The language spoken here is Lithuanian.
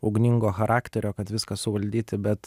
ugningo charakterio kad viską suvaldyti bet